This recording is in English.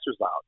lounge